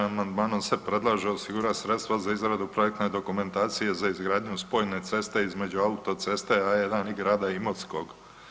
Amandmanom se predlaže osigurat sredstva za izradu projektne dokumentacije za izgradnju spojene ceste između autoceste A1 i grada Imotskog.